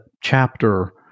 chapter